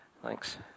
Thanks